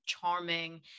charming